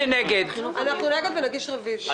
אנחנו נגד ואנחנו מגישים רוויזיה.